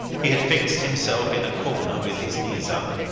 he had fixed himself in a corner with his knees up,